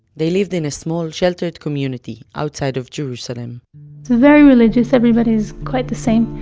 they lived in a small, sheltered, community, outside of jerusalem it's very religious, everybody is quite the same.